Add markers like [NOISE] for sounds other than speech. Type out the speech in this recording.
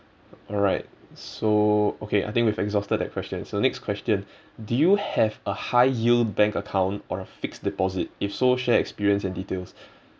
alright so okay I think we've exhausted that question so next question do you have a high yield bank account or a fixed deposit if so share experience and details [BREATH]